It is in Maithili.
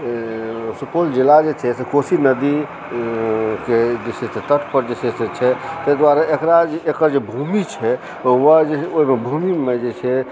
सुपौल जिला जे छै से कोसी नदीके जे छै से तट पर जे छै से छै ताहि दुआरे एकरा एकर जे भूमि छै वएह जे छै ओहिमे भूमिमे जे छै से